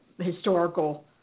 historical